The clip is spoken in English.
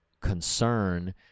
concern